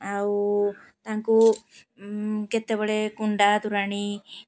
ଆଉ ତାଙ୍କୁ କେତେବେଳେ କୁଣ୍ଡା ତୋରାଣୀ